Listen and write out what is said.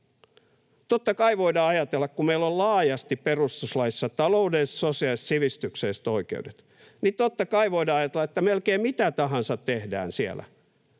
Totta kai voidaan ajatella, kun meillä on laajasti perustuslaissa taloudelliset, sosiaaliset ja sivistykselliset oikeudet, että kun melkein mitä tahansa tehdään siellä,